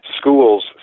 schools